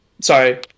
sorry